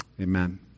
amen